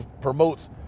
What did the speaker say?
promotes